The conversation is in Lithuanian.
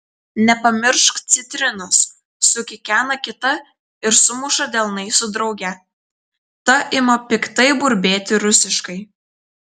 nepamiršk citrinos sukikena kita ir sumuša delnais su drauge ta ima piktai burbėti rusiškai